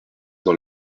dans